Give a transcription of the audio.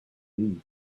feet